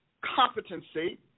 competency